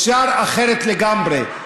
אפשר אחרת לגמרי,